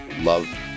love